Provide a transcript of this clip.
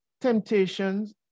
temptations